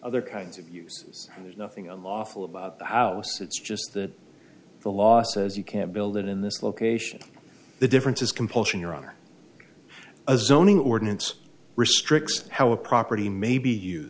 other kinds of use there's nothing unlawful about the house it's just that the law says you can't build it in this location the difference is compulsion your honor as zoning ordinance restricts how a property may be